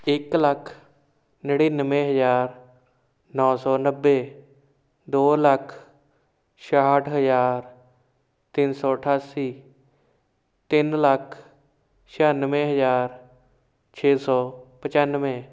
ਇੱਕ ਲੱਖ ਨੜਿਨਵੇਂ ਹਜ਼ਾਰ ਨੌ ਸੌ ਨੱਬੇ ਦੋ ਲੱਖ ਛਿਆਹਠ ਹਜ਼ਾਰ ਤਿੰਨ ਸੌ ਅਠਾਸੀ ਤਿੰਨ ਲੱਖ ਛਿਆਨਵੇਂ ਹਜ਼ਾਰ ਛੇ ਸੌ ਪਚਾਨਵੇਂ